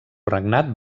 regnat